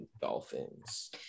dolphins